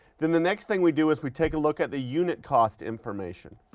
then the next thing we do is we take a look at the unit cost information,